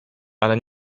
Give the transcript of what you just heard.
ale